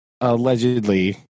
allegedly